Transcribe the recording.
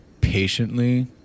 patiently